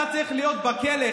אתה צריך להיות בכלא.